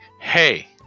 hey